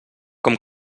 com